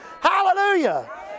Hallelujah